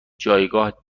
جایگاه